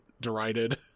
derided